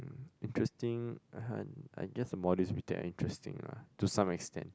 um interesting I guess the modules we take are interesting lah to some extent